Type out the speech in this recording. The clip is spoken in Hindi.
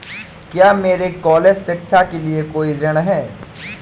क्या मेरे कॉलेज शिक्षा के लिए कोई ऋण है?